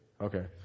Okay